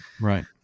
right